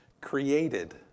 created